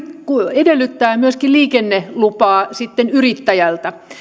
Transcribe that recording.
edellyttää myöskin liikennelupaa yrittäjältä